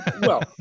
Well-